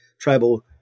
tribal